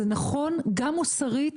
זה נכון גם מוסרית